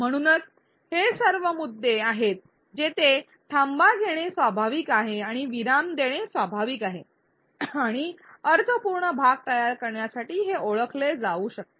म्हणूनच हे सर्व मुद्दे आहेत जेथे थांबा घेणे स्वाभाविक आहे आणि विराम देणे स्वाभाविक आहे आणि अर्थपूर्ण भाग तयार करण्यासाठी हे ओळखले जाऊ शकते